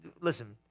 Listen